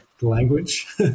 language